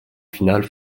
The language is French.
finale